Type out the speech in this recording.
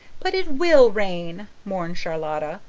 but it will rain, mourned charlotta,